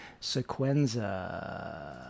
Sequenza